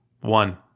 One